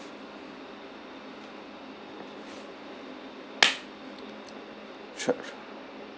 tr~ tr~